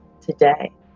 today